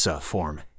form